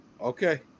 Okay